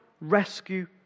rescue